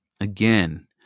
Again